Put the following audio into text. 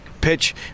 pitch